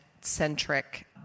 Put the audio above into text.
centric